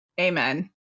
Amen